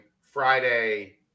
Friday